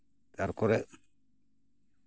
ᱛᱟᱨᱯᱚᱨᱮ